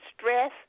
stress